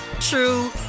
true